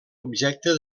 objecte